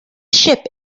ship